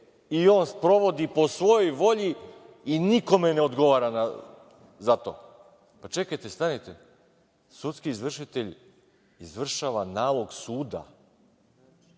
i on sprovodi po svojoj volji i nikome ne odgovara za to. Pa čekajte, stanite, sudski izvršitelj izvršava nalog suda.